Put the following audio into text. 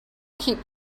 keep